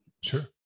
Sure